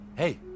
Hey